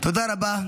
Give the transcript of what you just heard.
תודה רבה.